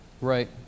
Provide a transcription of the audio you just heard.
Right